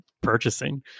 purchasing